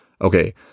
okay